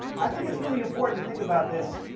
i think it's really important to think about this